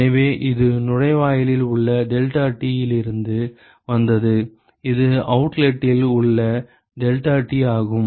எனவே இது நுழைவாயிலில் உள்ள டெல்டாடி யிலிருந்து வந்தது இது அவுட்லெட்டில் உள்ள டெல்டாடி ஆகும்